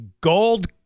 gold